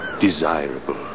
Desirable